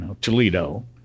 Toledo